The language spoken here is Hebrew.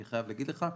אני חייב להגיד לך,